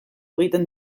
egiten